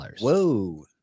Whoa